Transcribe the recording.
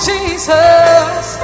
Jesus